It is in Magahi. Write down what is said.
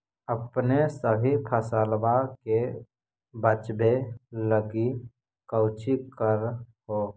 अपने सभी फसलबा के बच्बे लगी कौची कर हो?